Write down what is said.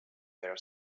their